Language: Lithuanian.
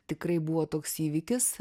tikrai buvo toks įvykis